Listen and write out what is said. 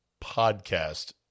podcast